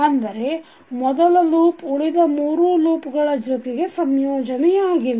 ಅಂದರೆ ಮೊದಲ ಲೂಪ್ ಉಳಿದ ಮೂರು ಲೂಪ್ ಗಳ ಜೊತೆಗೆ ಸಂಯೋಜನೆಯಾಗಿಲ್ಲ